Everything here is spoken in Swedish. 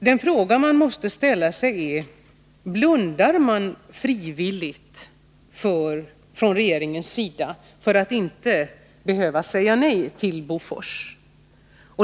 Den fråga man måste ställa sig är: Blundar regeringen frivilligt för dessa fakta för att inte behöva säga nej till Bofors?